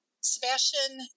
Sebastian